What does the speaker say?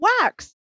wax